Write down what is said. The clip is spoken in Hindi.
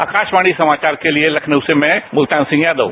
आकाशवाणी समाचार के लिए लखनऊ से मैं मुल्तान सिंह यादव